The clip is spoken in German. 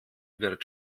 wird